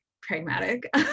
pragmatic